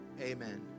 Amen